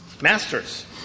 Masters